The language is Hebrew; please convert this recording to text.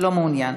לא מעוניין.